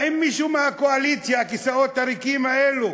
האם מישהו מהקואליציה, הכיסאות הריקים האלו,